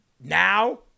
now